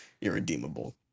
irredeemable